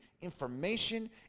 information